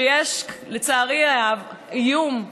שיש בה, לצערי הרב, איום,